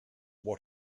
what